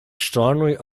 strongly